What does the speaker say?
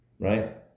Right